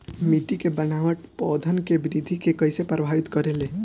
मिट्टी के बनावट पौधन के वृद्धि के कइसे प्रभावित करे ले?